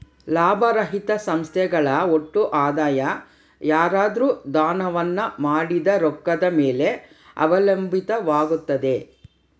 ಲಾಭರಹಿತ ಸಂಸ್ಥೆಗಳ ಒಟ್ಟು ಆದಾಯ ಯಾರಾದ್ರು ದಾನವನ್ನ ಮಾಡಿದ ರೊಕ್ಕದ ಮೇಲೆ ಅವಲಂಬಿತವಾಗುತ್ತೆ